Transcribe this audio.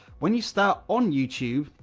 when you start on youtube,